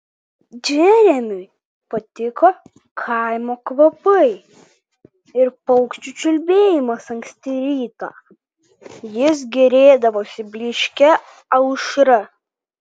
džeremiui patiko kaimo kvapai ir paukščių čiulbėjimas anksti rytą jis gėrėdavosi blyškia aušra